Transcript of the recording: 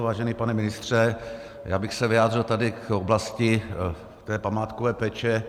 Vážený pane ministře, já bych se vyjádřil tady k oblasti té památkové péče.